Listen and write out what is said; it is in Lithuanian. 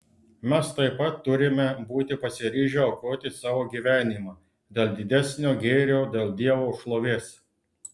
mes taip pat turime būti pasiryžę aukoti savo gyvenimą dėl didesnio gėrio dėl dievo šlovės